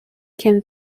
can